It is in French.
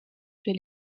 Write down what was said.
j’ai